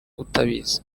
utabizi